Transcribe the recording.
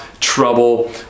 trouble